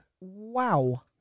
Wow